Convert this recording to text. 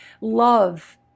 love